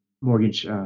mortgage